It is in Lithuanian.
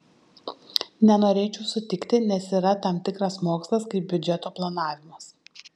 nenorėčiau sutikti nes yra tam tikras mokslas kaip biudžeto planavimas